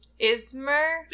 Ismer